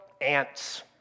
ants